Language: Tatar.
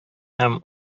һәм